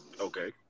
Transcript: Okay